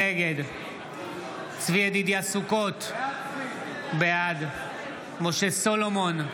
נגד צבי ידידיה סוכות, בעד משה סולומון,